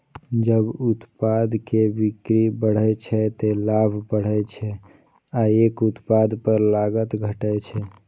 जब उत्पाद के बिक्री बढ़ै छै, ते लाभ बढ़ै छै आ एक उत्पाद पर लागत घटै छै